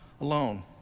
alone